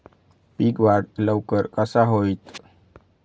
पीक वाढ लवकर कसा होईत?